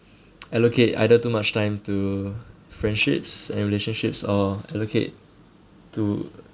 allocate either too much time to friendships and relationships or allocate to